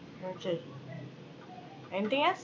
okay anything else